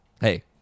hey